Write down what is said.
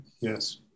Yes